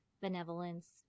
benevolence